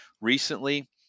recently